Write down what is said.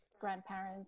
grandparents